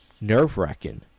nerve-wracking